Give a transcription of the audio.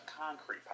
concrete